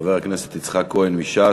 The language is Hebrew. חבר הכנסת יצחק כהן מש"ס.